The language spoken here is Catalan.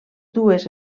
dues